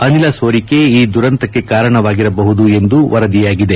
ಅನಿಲ ಸೋರಿಕೆ ಈ ದುರಂತಕ್ಕೆ ಕಾರಣವಾಗಿರಬಹುದು ಎಂದು ವರದಿಯಾಗಿದೆ